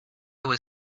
was